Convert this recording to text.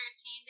13